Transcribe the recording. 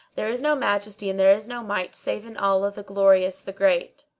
there is no majesty and there is no might save in allah, the glorious, the great!